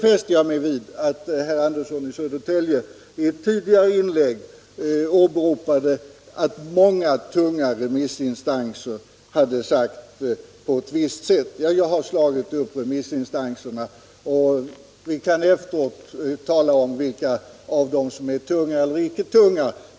åberopade att många tunga remissinstanser hade sagt på ett visst sätt. Jag har slagit upp remissinstanserna, och vi kan efteråt tala om vilka av dem som är tunga och icke tunga.